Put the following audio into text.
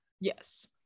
yes